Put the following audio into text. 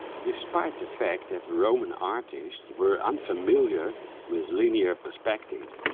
despite the fact that the roman artists were unfamiliar with linear perspective,